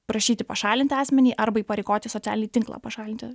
prašyti pašalinti asmenį arba įpareigoti socialinį tinklą pašalinti